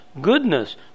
Goodness